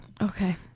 Okay